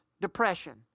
depression